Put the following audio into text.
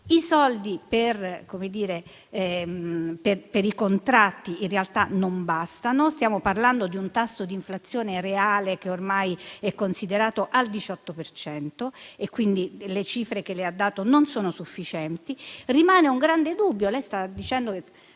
I soldi per i contratti in realtà non bastano: stiamo parlando di un tasso di inflazione reale che ormai è considerato al 18 per cento, quindi le cifre che lei ha dato non sono sufficienti. Rimane un grande dubbio: lei sta pensando di